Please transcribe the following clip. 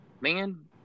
man